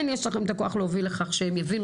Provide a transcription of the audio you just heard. כן יש לכם את הכוח להוביל לכך שהם יבינו